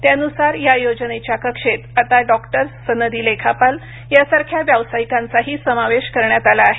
त्यानुसार या योजनेच्या कक्षेत आता डॉक्टर्स सनदी लेखापाल यासारख्या व्यावसायिकांचाही समावेश करण्यात आला आहे